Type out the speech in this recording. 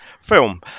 film